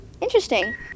interesting